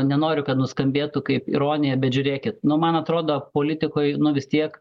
nenoriu kad nuskambėtų kaip ironija bet žiūrėkit nu man atrodo politikoj nu vis tiek